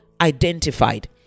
identified